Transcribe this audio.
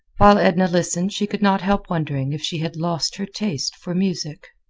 while edna listened she could not help wondering if she had lost her taste for music.